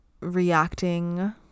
reacting